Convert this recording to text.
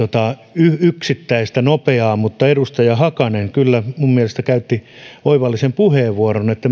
yksittäistä nopeaa ratkaisua mutta edustaja hakanen kyllä minun mielestäni käytti oivallisen puheenvuoron siitä että